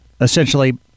essentially